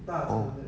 oh